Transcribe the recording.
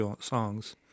songs